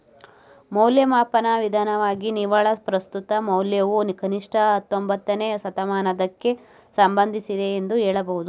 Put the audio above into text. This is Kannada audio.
ಮೌಲ್ಯಮಾಪನ ವಿಧಾನವಾಗಿ ನಿವ್ವಳ ಪ್ರಸ್ತುತ ಮೌಲ್ಯವು ಕನಿಷ್ಠ ಹತ್ತೊಂಬತ್ತನೇ ಶತಮಾನದಕ್ಕೆ ಸಂಬಂಧಿಸಿದೆ ಎಂದು ಹೇಳಬಹುದು